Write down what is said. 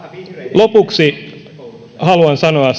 lopuksi haluan sanoa